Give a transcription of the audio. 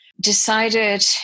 decided